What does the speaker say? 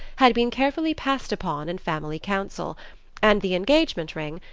had been carefully passed upon in family council and the engagement ring,